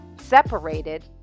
separated